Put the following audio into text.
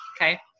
okay